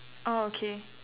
orh okay